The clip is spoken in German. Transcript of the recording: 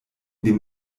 dem